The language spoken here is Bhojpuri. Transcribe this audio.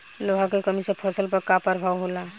लोहा के कमी से फसल पर का प्रभाव होला?